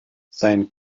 sein